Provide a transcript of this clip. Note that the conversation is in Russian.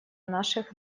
наших